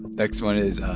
next one is,